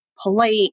polite